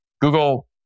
Google